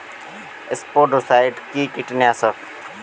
স্পোডোসাইট কি কীটনাশক?